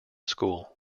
school